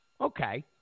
okay